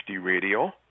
radio